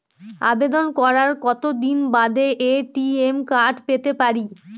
আবেদন করার কতদিন বাদে এ.টি.এম কার্ড পেতে পারি?